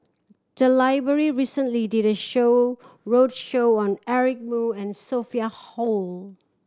the library recently did a show roadshow on Eric Moo and Sophia Hull